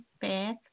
bed